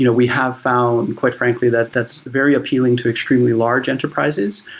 you know we have found quite frankly that that's very appealing to extremely large enterprises,